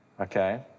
Okay